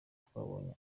twabonye